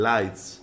Lights